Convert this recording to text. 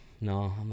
No